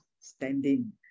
standing